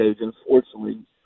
unfortunately